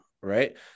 Right